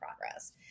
progress